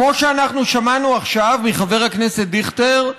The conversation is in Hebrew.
כמו שאנחנו שמענו עכשיו מחבר הכנסת דיכטר,